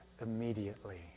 immediately